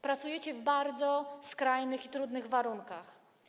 Pracujecie w bardzo skrajnych i trudnych warunkach.